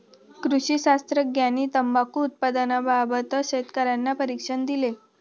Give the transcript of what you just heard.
कृषी शास्त्रज्ञांनी तंबाखू उत्पादनाबाबत शेतकर्यांना प्रशिक्षण दिले